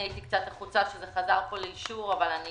הייתי קצת לחוצה כי זה חזר לפה לאישור אבל אני